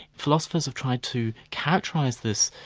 philosophers have tried to characterise this,